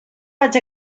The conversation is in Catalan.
vaig